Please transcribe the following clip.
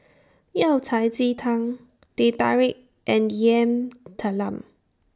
Yao Cai Ji Tang Teh Tarik and Yam Talam